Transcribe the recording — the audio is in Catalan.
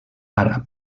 àrab